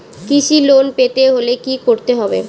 কৃষি লোন পেতে হলে কি করতে হবে?